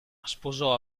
sposò